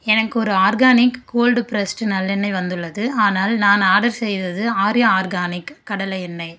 எனக்கு ஒரு organic cold pressed நல்லெண்ணெய் வந்துள்ளது ஆனால் நான் ஆர்டர் செய்தது ஆர்யா ஆர்கானிக் கடலை எண்ணெய்